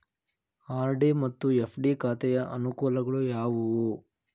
RD ಮತ್ತು FD ಖಾತೆಯ ಅನುಕೂಲಗಳು ಯಾವುವು?